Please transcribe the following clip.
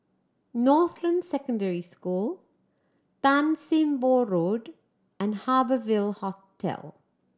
Northland Secondary School Tan Sim Boh Road and Harbour Ville Hotel